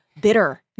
bitter